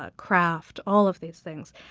ah craft all of these things.